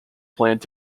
planned